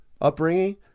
upbringing